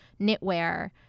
knitwear